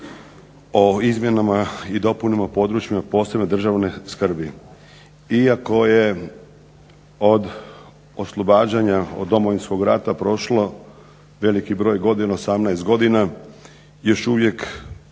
o izmjenama i dopunama područjima posebne državne skrbi. Iako je od oslobađanja od Domovinskog rata prošlo veliki broj godina, 18 godina, još uvijek